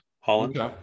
Holland